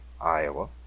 Iowa